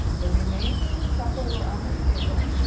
the remains of her supper were on the table,